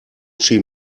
chi